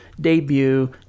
debut